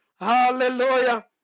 Hallelujah